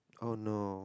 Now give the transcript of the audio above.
oh no